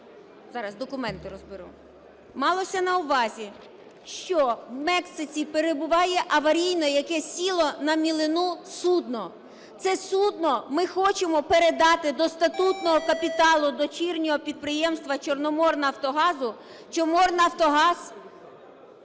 (Зараз документи розберу). Малося на увазі, що в Мексиці перебуває аварійно, яке сіло на мілину, судно. Це судно ми хочемо передати до статутного капіталу дочірнього підприємства "Чорноморнафтогазу"… "Чорноморнафтогаз"